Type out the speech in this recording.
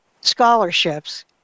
scholarships